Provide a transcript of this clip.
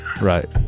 right